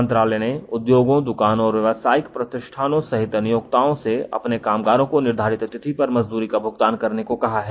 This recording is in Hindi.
मंत्रालय ने उद्योगों दुकानों और व्यावसायिक प्रतिष्ठानों सहित नियोक्ताओं से अपने कामगारों को निर्धारित तिथि पर मजदूरी का भूगतान करने को कहा है